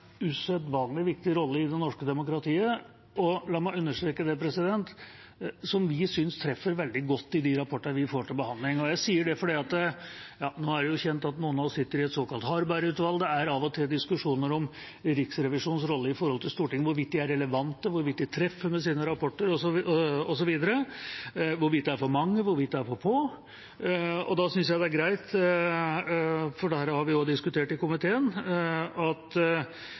usedvanlig viktig rolle i det norske demokratiet, og som – la meg også understreke det – vi syns treffer veldig godt i de rapportene vi får til behandling. Jeg sier det fordi – nå er det kjent at noen av oss sitter i det såkalte Harberg-utvalget – det av og til er diskusjoner om Riksrevisjonens rolle i forhold til Stortinget: Hvorvidt de er relevante, hvorvidt de treffer med sine rapporter osv., hvorvidt det er for mange, hvorvidt det er for få. Da syns jeg det er greit – og det har vi også diskutert i komiteen – at